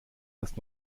das